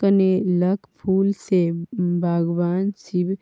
कनेलक फुल सँ भगबान शिब